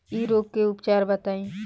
इ रोग के उपचार बताई?